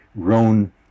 grown